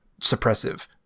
suppressive